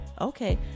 Okay